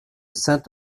saint